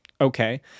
okay